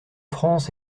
france